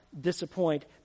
disappoint